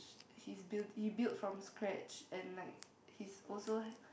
sh~ he's built he built from scratch and like he's also